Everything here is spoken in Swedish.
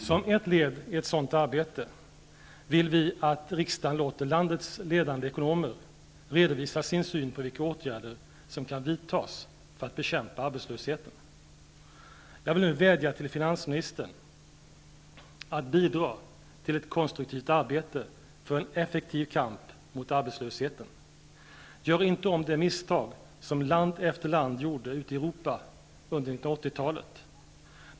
Som ett led i ett sådant arbete vill vi att riksdagen låter landets ledande ekonomer redovisa sin syn på vilka åtgärder som kan vidtas för att bekämpa arbetslösheten. Jag vädjar till finansministern om att hon bidrar till ett konstruktivt arbete för en effektiv kamp mot arbetslösheten. Gör inte om de misstag som land efter land ute i Europa gjorde under 1980-talet.